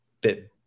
bit